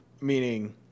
meaning